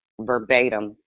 verbatim